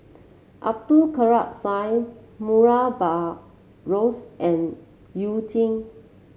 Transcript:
Abdul Kadir Syed Murray Buttrose and You Jin